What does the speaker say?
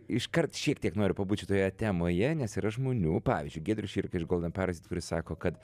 iškart šiek tiek noriu pabūt šitoje temoje nes yra žmonių pavyzdžiui giedrius širka iš golden parazyth kuris sako kad